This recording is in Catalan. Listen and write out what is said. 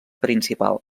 principal